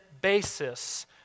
basis